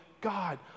God